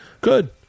Good